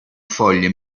foglie